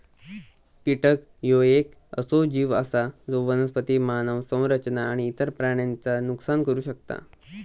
कीटक ह्यो येक असो जीव आसा जो वनस्पती, मानव संरचना आणि इतर प्राण्यांचा नुकसान करू शकता